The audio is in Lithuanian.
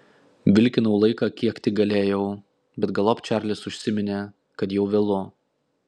vilkinau laiką kiek tik galėjau bet galop čarlis užsiminė kad jau vėlu